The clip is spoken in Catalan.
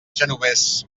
genovés